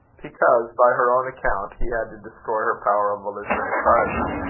because, by her own account, he had to destroy her power of volition entirely,